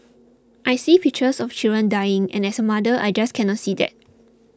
I see pictures of children dying and as a mother I just cannot see that